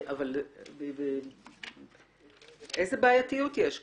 אבל איזו בעיתיות יש כאן?